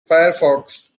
firefox